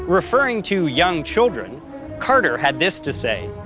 referring to young children carter had this to say.